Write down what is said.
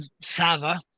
Sava